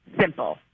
Simple